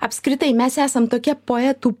apskritai mes esam tokia poetų